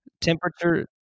temperature